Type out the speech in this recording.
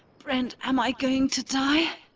brent, am i going to die?